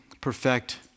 perfect